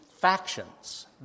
factions